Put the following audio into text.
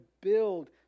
build